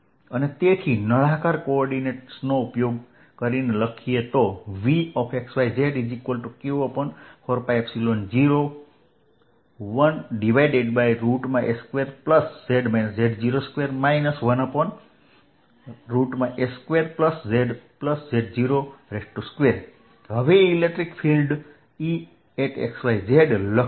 તેથી નળાકાર કોઓર્ડિનેટ્સનો ઉપયોગ કરીને લખીએ તો Vxyzq4π01x2y2z z02 1x2y2zz02q4π01s2z z02 1s2zz02 હવે electric field E x y z લખીએ